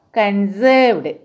conserved